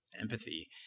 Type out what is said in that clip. empathy